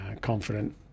confident